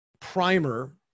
primer